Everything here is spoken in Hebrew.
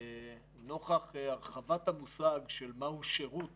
נוכח הרחבת המושג של מהו שירות